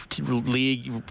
league